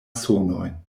sonojn